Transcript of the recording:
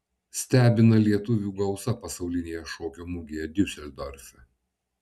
stebina lietuvių gausa pasaulinėje šokio mugėje diuseldorfe